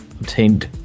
obtained